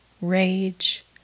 rage